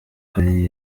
kabiri